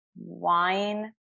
wine